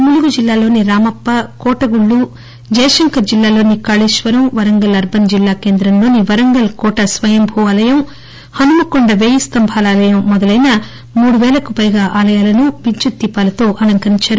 ములుగు జిల్లాలోని రామప్ప కోటగుళ్ల జయశంకర్ జిల్లాలోని కాళేశ్వరం వరంగల్ అర్బన్ జిల్లా కేందంలోని వరంగల్ కోట స్వయంభూ ఆలయం హన్మకొండ వేయిస్గంబాల ఆలయం మొదలైన మూడు వేలకు పైగా ఆలయాలను విద్యుత్ దీపాలతో అలంకరించారు